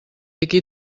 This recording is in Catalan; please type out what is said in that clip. aquí